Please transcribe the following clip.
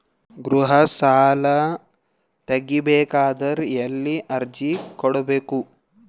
ಗೃಹ ಸಾಲಾ ತಗಿ ಬೇಕಾದರ ಎಲ್ಲಿ ಅರ್ಜಿ ಕೊಡಬೇಕು?